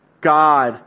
God